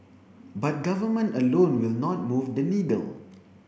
but government alone will not move the needle